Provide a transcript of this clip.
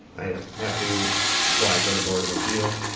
i you know have to apply for the board of appeal,